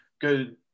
good